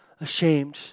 ashamed